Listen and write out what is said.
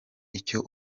icyo